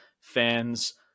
fans